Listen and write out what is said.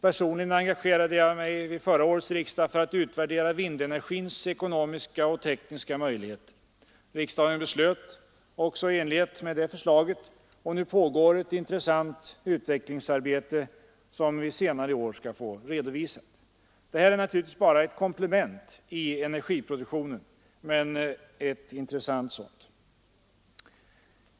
Personligen engagerade jag mig vid förra årets riksdag för att vi skulle utvärdera vindenergins ekonomiska och tekniska möjligheter. Riksdagen beslöt också i enlighet med det förslaget, och nu pågår ett intressant utvecklingsarbete, som vi senare i år skall få redovisat. Det här är naturligtvis bara fråga om ett komplement i energiproduktionen, men ett intressant sådant.